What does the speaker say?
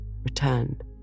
returned